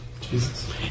Jesus